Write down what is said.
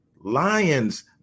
Lions